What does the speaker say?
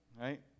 right